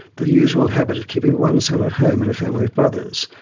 the usual habit of keeping one son at home in a family of brothers,